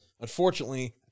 Unfortunately